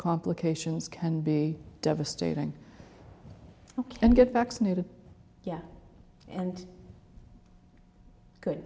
complications can be devastating and get vaccinated yeah and good